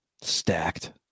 Stacked